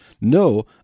No